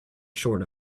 short